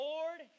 Lord